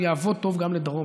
והוא יעבוד טוב גם לדרום,